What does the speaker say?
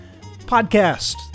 Podcast